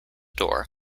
door